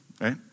Right